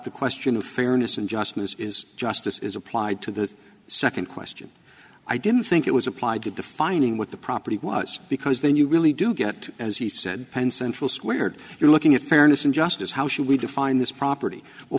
the question of fairness and justice is justice is applied to the second question i didn't think it was applied to defining what the property was because then you really do get as he said penn central squared if you're looking at fairness and justice how should we define this property